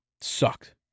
sucked